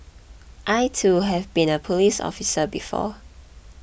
I too have been a police officer before